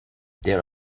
there